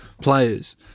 players